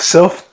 Self